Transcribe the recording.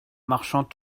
marchant